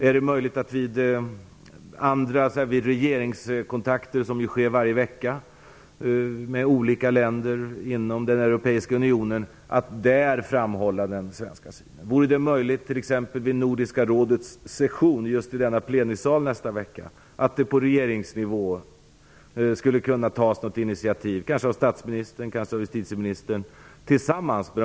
Är det möjligt att framhålla den svenska synen vid regeringskontakter med olika länder inom den europeiska unionen, som ju sker varje vecka? Vore det möjligt för statsministern eller justitieministern att på regeringsnivå ta ett initiativ tillsammans med de övriga nordiska länderna, t.ex. vid Nordiska rådets session i denna plenisal nästa vecka ?